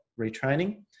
retraining